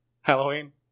Halloween